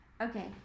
Okay